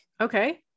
Okay